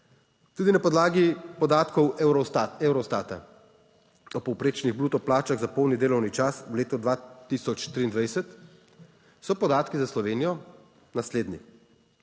Tudi na podlagi podatkov Eurostata o povprečnih bruto plačah za polni delovni čas v letu 2023 so podatki za Slovenijo naslednji.